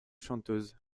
chanteuse